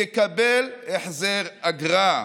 יקבל החזר אגרה.